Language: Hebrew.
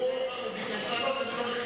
הוא ביקש לענות.